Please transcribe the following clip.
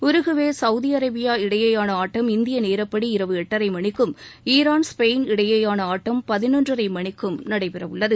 Uruguay Saudi Arabia இடையேயான ஆட்டம் இந்திய நேரப்படி இரவு எட்டரை மணிக்கும் ஈரான் ஸ்பெயின் இடையேயான ஆட்டம் பதினொன்றரை மணிக்கும் நடைபெறவுள்ளது